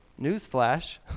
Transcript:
Newsflash